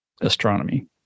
astronomy